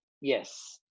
Yes